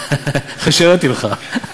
3.9%. אחרי שהראיתי לך.